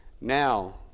Now